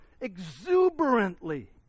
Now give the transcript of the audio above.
exuberantly